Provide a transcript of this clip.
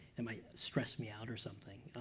it might stress me out or something.